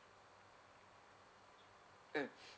mm